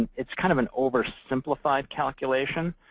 it's kind of an oversimplified calculation,